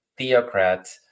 theocrats